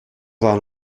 than